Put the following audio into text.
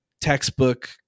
textbook